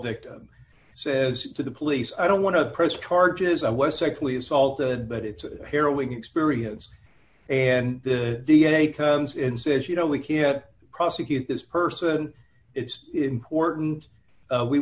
victim says to the police i don't want to press charges i was sexually assaulted but it's a harrowing experience and the d n a comes and says you know we can't prosecute this person it's important